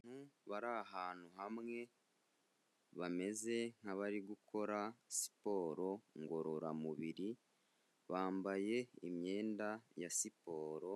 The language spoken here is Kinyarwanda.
Abantu bari ahantu hamwe bameze nk'abari gukora siporo ngororamubiri, bambaye imyenda ya siporo